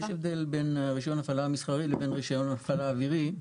יש הבדל בין רישיון הפעלה מסחרי לבין רישיון הפעלה אווירי.